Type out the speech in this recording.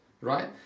right